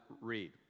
read